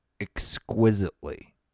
exquisitely